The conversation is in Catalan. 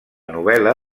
novel·la